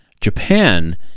Japan